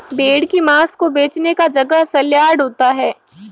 भेड़ की मांस को बेचने का जगह सलयार्ड होता है